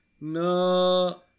No